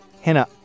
Hannah